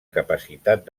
capacitat